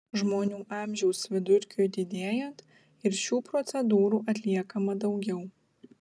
žmonių amžiaus vidurkiui didėjant ir šių procedūrų atliekama daugiau